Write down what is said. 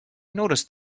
noticed